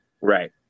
Right